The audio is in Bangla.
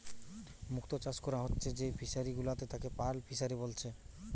মুক্ত চাষ কোরা হচ্ছে যেই ফিশারি গুলাতে তাকে পার্ল ফিসারী বলছে